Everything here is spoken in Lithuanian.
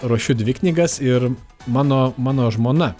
ruošiu dvi knygas ir mano mano žmona